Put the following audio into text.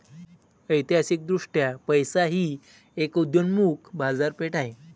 ऐतिहासिकदृष्ट्या पैसा ही एक उदयोन्मुख बाजारपेठ आहे